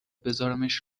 بذارمش